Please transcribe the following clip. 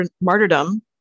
martyrdom